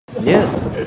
Yes